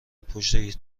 پشت